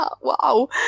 Wow